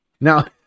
now